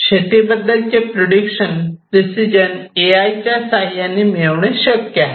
शेती बद्दलचे prediction precision A I च्या साह्याने मिळविणे शक्य आहे